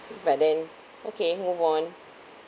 but then okay move on